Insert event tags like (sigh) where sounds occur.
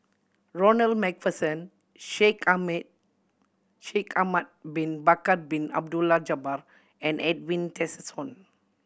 Ronald Macpherson Shaikh (unintelligible) Shaikh Ahmad Bin Bakar Bin Abdullah Jabbar and Edwin Tessensohn